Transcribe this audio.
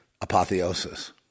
apotheosis